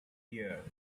here